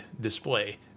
display